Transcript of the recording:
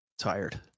tired